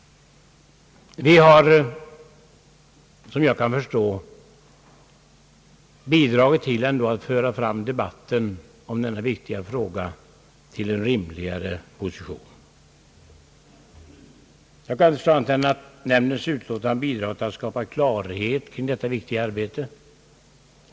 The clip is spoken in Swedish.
Efter vad jag kan förstå har vi bidragit till att föra fram debatten om denna viktiga fråga till en rimligare position. Jag kan inte förstå annat än att nämndens utlåtande har bidragit till att skapa klarhet kring detta viktiga arbete.